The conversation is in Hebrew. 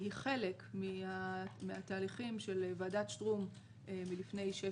היא חלק מהתהליכים של ועדת שטרום מלפני שש